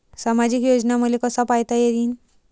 सामाजिक योजना मले कसा पायता येईन?